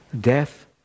Death